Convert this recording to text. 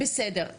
בסדר,